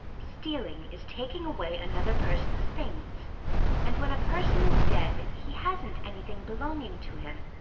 stealing is taking away another person's things and when a person is dead he hasn't anything belonging to him,